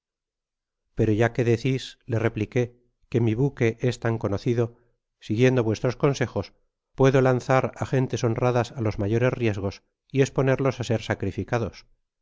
pero ya que decis le replique qae mi buqne es tañ conocido siguiendo vuestros consejos puedo ianrar á gentes honradas á los mayores riesgos y esponerlos á se sacrificados